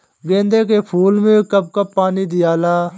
गेंदे के फूल मे कब कब पानी दियाला?